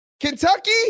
Kentucky